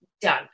done